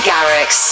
Garrix